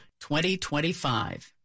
2025